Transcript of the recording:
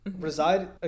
reside